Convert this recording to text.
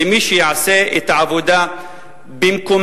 למי שיעשה את העבודה במקומה.